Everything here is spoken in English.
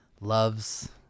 loves